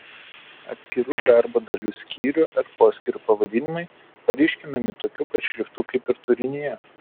atskirų darbo dalių skyrių ar poskyrių pavadinimai paryškinami tokiu pat šriftu kaip ir turinyje